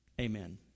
Amen